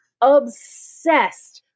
obsessed